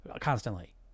constantly